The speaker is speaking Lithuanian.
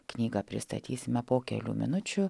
knygą pristatysime po kelių minučių